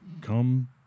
come